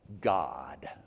God